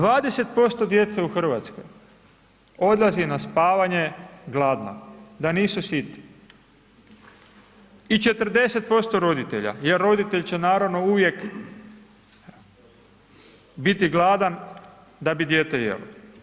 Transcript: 20% djece u Hrvatskoj odlazi na spavanje gladna, da nisu sita i 40% roditelja, jer roditelj će naravno uvijek biti gladan da bi dijete jelo.